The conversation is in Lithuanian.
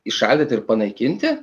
įšaldyt ir panaikinti